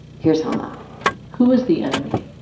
here's hanna who is the enemy?